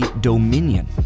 dominion